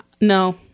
no